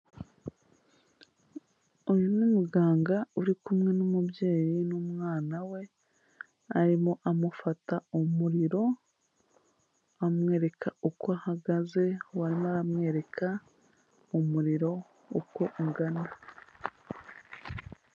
Uyu ni muganga uri kumwe n'umubyeyi n'umwana we, arimo amufata umuriro, amwereka uko ahagaze, arimo aramwereka umuriro uko ungana.